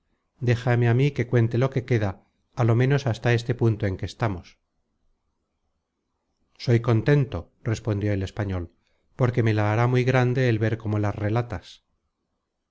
déjame á mí que cuente lo que queda á lo menos hasta este punto en que estamos soy contento respondió el español porque me le dará muy grande el ver cómo las relatas